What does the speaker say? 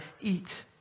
eat